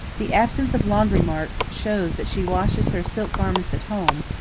the absence of laundry marks shows that she washes her silk garments at home,